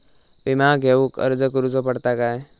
विमा घेउक अर्ज करुचो पडता काय?